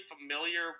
familiar